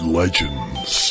legends